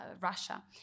Russia